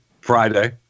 Friday